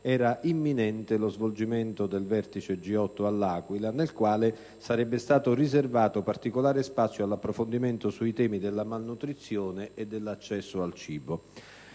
era imminente lo svolgimento del Vertice G8 all'Aquila nel quale sarebbe stato riservato particolare spazio all'approfondimento sui temi della malnutrizione e dell'accesso al cibo.